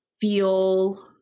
feel